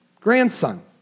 grandson